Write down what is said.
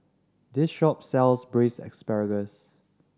this shop sells Braised Asparagus